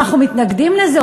מה, אנחנו מתנגדים לזה?